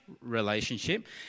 relationship